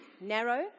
narrow